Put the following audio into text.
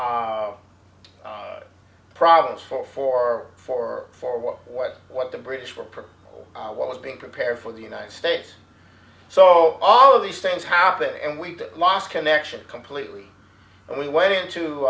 problems for for for for what was what the british were pro or what was being prepared for the united states so all of these things happened and we lost connection completely and we went into